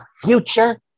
future